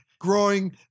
growing